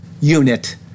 unit